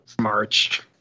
March